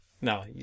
No